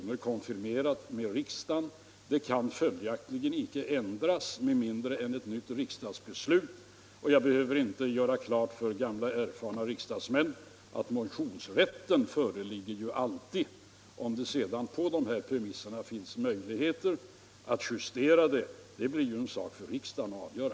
har konfirmerats av riksdagen och kan följaktligen inte ändras med mindre än att ett nytt riksdagsbeslut fattas. Jag behöver inte göra klart för gamla erfarna riksdagsmän att motionsrätt alltid föreligger. Om det sedan på dessa premisser finns möjligheter att justera avdraget blir en sak för riksdagen att avgöra.